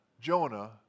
Jonah